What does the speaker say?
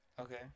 Okay